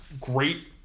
great